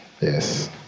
Yes